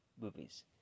movies